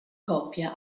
coppia